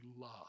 love